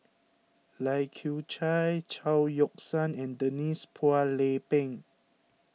Lai Kew Chai Chao Yoke San and Denise Phua Lay Peng